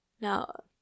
No